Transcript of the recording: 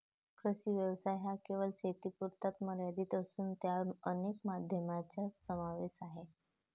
कृषी व्यवसाय हा केवळ शेतीपुरता मर्यादित नसून त्यात अनेक माध्यमांचा समावेश आहे